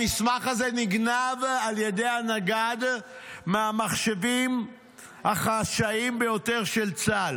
המסמך הזה נגנב על ידי הנגד מהמחשבים החשאיים ביותר של צה"ל.